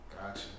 Gotcha